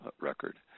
record